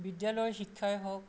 বিদ্যালয়ৰ শিক্ষাই হওক